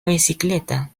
bicicleta